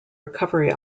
recovery